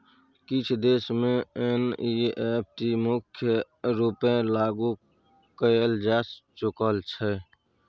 किछ देश मे एन.इ.एफ.टी मुख्य रुपेँ लागु कएल जा चुकल छै